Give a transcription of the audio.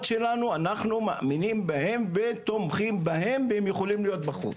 שלנו אנחנו מאמינים בהן ותומכים בהן והן יכולים להיות בחוץ.